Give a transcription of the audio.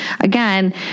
again